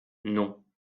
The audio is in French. non